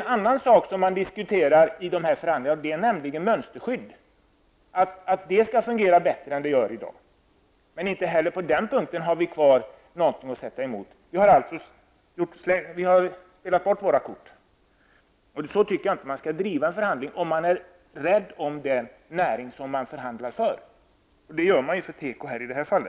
En annan sak som diskuteras i samband med de här förhandlingarna är mönsterskydd, något som måste fungera bättre i framtiden än det gör i dag. Men inte heller på den punken har vi kvar någonting. Vi har alltså inte något att sätta emot. Vi har med andra ord spelat bort våra kort. Så tycker jag inte att man skall driva en förhandling om man är rädd om den näring som man förhandlar för. I detta fall gäller det alltså teko.